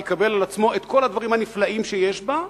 יקבל על עצמו את כל הדברים הנפלאים שיש בה,